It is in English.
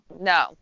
no